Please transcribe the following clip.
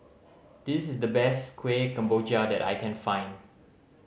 this is the best Kueh Kemboja that I can find